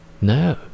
No